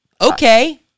okay